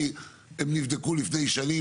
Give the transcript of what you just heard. כי הם נבדקו לפני שנים,